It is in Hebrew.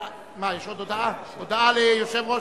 הצעת חוק חינוך ממלכתי (תיקון,